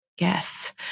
Yes